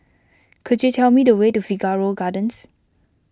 could you tell me the way to Figaro Gardens